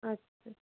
আচ্ছা